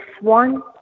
one